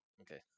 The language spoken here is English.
Okay